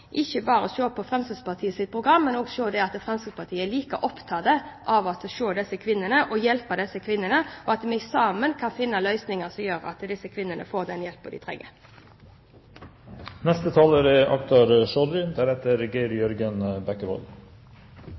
at Fremskrittspartiet er like opptatt som han av å se og hjelpe disse kvinnene, slik at vi sammen kan finne løsninger som gjør at disse kvinnene får den hjelpen de trenger. Det er